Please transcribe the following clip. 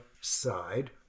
side